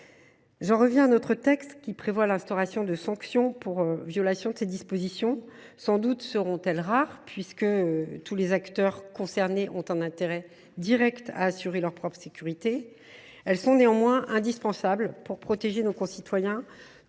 Le texte que nous examinons prévoit des sanctions en cas de violation de ses dispositions. Sans doute seront elles rares, puisque tous les acteurs concernés ont un intérêt direct à assurer leur propre sécurité. Elles sont néanmoins indispensables pour protéger nos concitoyens